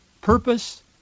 purpose